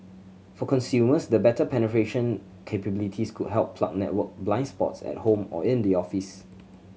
for consumers the better penetration capabilities could help plug network blind spots at home or in the office